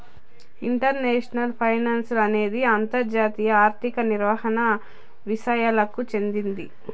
international finance అనేది అంతర్జాతీయ ఆర్థిక నిర్వహణ విసయాలకు చెందింది